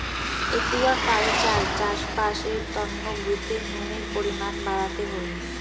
aquaculture চাষবাস এর তন্ন ভুঁইতে নুনের পরিমান বাড়াতে হই